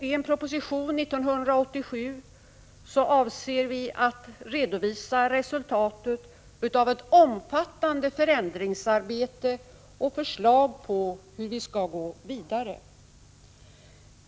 I en proposition 1987 avser regeringen att redovisa resultat av ett omfattande förändringsarbete och förslag på hur vi skall gå vidare.